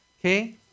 okay